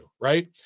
right